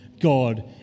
God